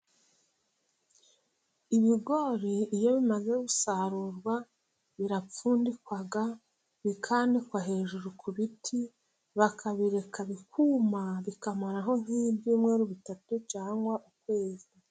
Ibigori iyo bimaze gusarurwa，birapfundikwa， bikanikwa hejuru ku biti， bakabireka bikuma， bikamaraho nk'ibyumweru bitatu cyangwa ukwezi.